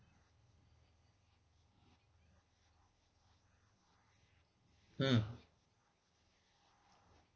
mm